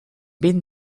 vint